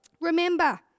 Remember